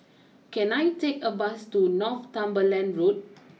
can I take a bus to Northumberland Road